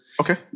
Okay